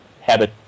habit